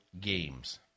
games